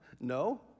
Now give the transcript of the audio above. No